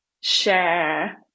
share